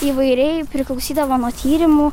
įvairiai priklausydavo nuo tyrimų